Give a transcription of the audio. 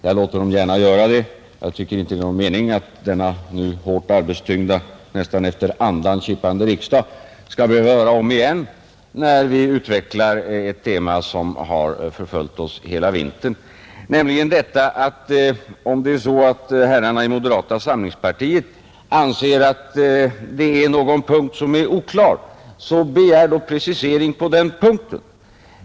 Jag låter honom gärna göra det, men jag tycker inte att det är någon mening med att denna nu hårt arbetstyngda, nästan efter andan kippande riksdag om igen skall behöva höra oss utveckla ett tema som har förföljt oss hela vintern, nämligen detta: Om herrarna i moderata samlingspartiet anser att det är någon punkt som är oklar, begär då precisering på den punkten!